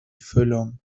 füllung